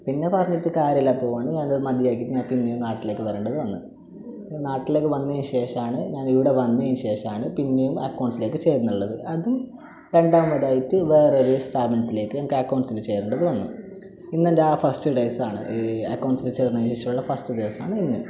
പിന്നെ പറഞ്ഞിട്ട് കാര്യമില്ല തോന്നി അത് മതിയാക്കിയിട്ട് ഞാന് പിന്നെയും നാട്ടിലേക്ക് വരണ്ടത് വന്നു നാട്ടിലേക്ക് വന്നതിന് ശേഷമാണ് ഞാൻ ഇവിടെ വന്നതിന് ശേഷമാണ് പിന്നെയും അക്കൌണ്ട്സിലേക്ക് ചേർന്നുള്ളത് അതും രണ്ടാമതായിട്ട് വേറെ ഒരു സ്ഥാപനത്തിലേക്ക് എനിക്ക് അക്കൌണ്ട്സിൽ ചേരേണ്ടത് വന്നു ഇന്ന് എൻ്റെ ആ ഫസ്റ്റ് ഡേയ്സ് ആണ് ഈ അക്കൌണ്ട്സിൽ ചേർന്നതിന് ശേഷമുള്ള ഫസ്റ്റ് ദിവസമാണ് ഇന്ന്